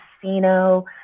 casino